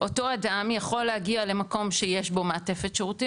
אותו אדם יכול להגיע למקום שיש בו מעטפת שירותים